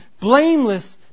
blameless